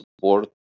support